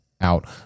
out